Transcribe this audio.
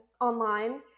online